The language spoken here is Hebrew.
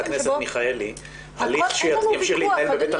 חברת הכנסת מיכאלי,